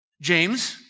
James